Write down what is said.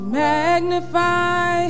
magnify